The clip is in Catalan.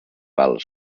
val